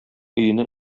өенә